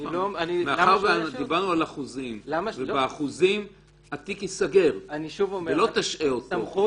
מאחר שדיברנו על אחוזים ובאחוזים התיק ייסגר ולא תשעה אותו,